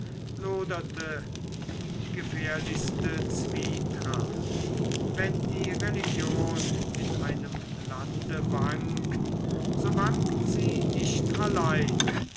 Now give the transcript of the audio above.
loderte die gefährlichste zwietracht wenn die religion in einem lande wankt so wankt sie nicht allein